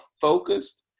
focused